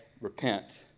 repent